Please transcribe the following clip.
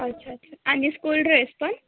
अच्छा अच्छा आणि स्कूल ड्रेस पण